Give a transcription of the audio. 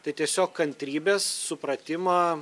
tai tiesiog kantrybės supratimo